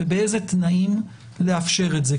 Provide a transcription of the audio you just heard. ובאיזה תנאים, לאפשר את זה?